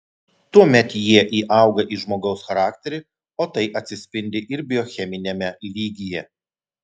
tuomet jie įauga į žmogaus charakterį o tai atsispindi ir biocheminiame lygyje